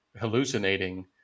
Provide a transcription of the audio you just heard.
hallucinating